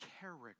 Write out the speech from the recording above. character